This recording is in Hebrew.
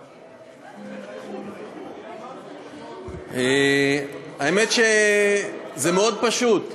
האמת, יואב, יואב, שזה מאוד פשוט.